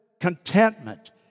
contentment